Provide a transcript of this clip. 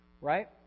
right